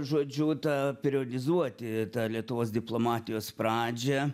žodžiu tą periodizuoti lietuvos diplomatijos pradžią